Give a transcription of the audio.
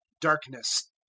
darkness